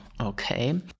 Okay